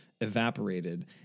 evaporated